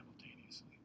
simultaneously